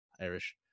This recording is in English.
Irish